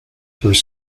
through